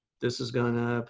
this is gonna,